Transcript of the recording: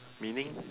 meaning